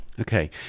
Okay